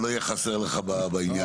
אני עניתי לך, שלא יהיה חסר לך בעניין הזה.